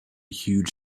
huge